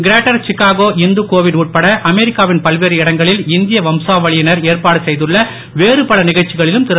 greater Chicago Hindu கோவில் உட்பட அமெரிக்காவின் பல்வேறு இடங்களில் இந்திய வம்சாவளியினர் ஏற்பாடு செய்துள்ள வேறுபல நிகழ்ச்சிகளிலும் திரு